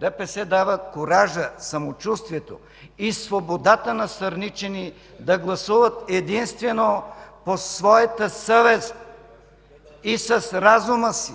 ДПС дава куража, самочувствието и свободата на сърничани да гласуват единствено по своята съвест и с разума си!